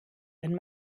wenn